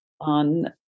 on